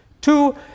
Two